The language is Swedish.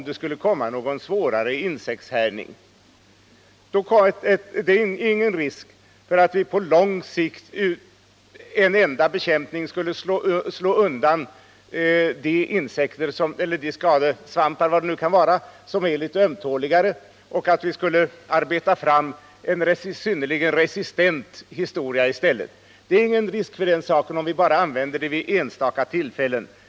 Det är i sådana fall inte Förbud mot spridheller någon risk för att vi med en enda bekämpning skulle slå ut de skadesvampar som är litet ömtåliga och i stället på sikt få fram en synnerligen resistent art. skogsmark Jag skall ta ett exempel.